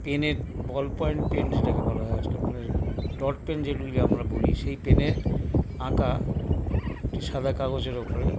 পেনে ball point pen যেটাকে বলা হয় আজকাল মানে ডট পেন যেগুলিকে আমরা বলি সেই পেনে আঁকা একটি সাদা কাগজের উপরে